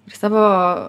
iš savo